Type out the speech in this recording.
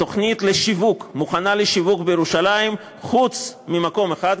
תוכנית מוכנה לשיווק בירושלים חוץ ממקום אחד,